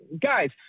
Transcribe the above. Guys